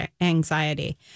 anxiety